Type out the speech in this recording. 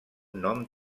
nom